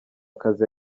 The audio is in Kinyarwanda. akazi